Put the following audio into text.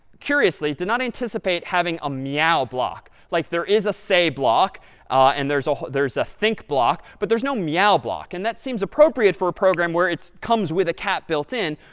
curiously, did not anticipate having a meow block. like, there is a say block and there's ah there's a think block, but there's no meow block. and that seems appropriate for a program where it comes with a cat built in.